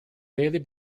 daily